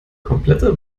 komplette